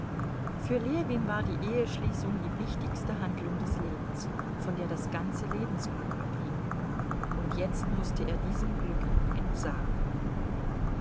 für ljewin war die eheschließung die wichtigste handlung des lebens von der das ganze lebensglück abhing und jetzt mußte er diesem glücke entsagen